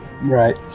Right